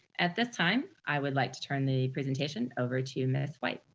at this time, i would like to turn the presentation over to miss white,